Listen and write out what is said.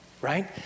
Right